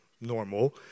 normal